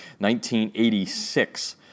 1986